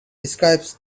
describes